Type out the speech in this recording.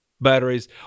batteries